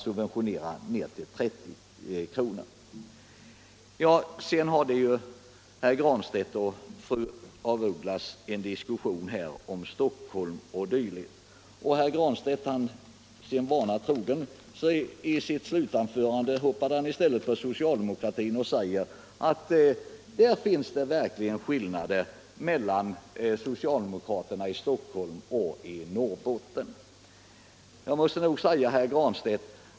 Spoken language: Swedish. Herr Granstedt och fru af Ugglas förde en diskussion om Stockholm. I slutet av sitt anförande hoppade herr Granstedt, sin vana trogen, på socialdemokratin och påstod att det finns skillnader mellan socialdemokraterna i Stockholm och socialdemokraterna i Norrbotten.